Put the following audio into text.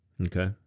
Okay